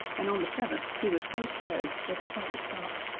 and on the seventh he was so tired that he had to stop.